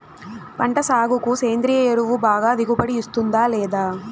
పంట సాగుకు సేంద్రియ ఎరువు బాగా దిగుబడి ఇస్తుందా లేదా